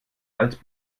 alt